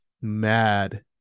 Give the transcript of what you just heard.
mad